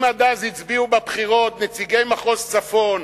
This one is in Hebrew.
אם עד אז הצביעו בבחירות נציגי מחוז הצפון